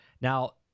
Now